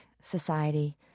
society